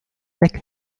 deck